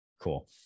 Cool